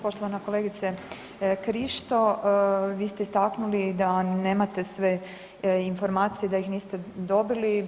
Poštovana kolegice Krišto, vi ste istaknuli da nemate sve informacije, da ih niste dobili.